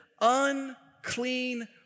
unclean